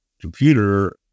computer